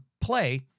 play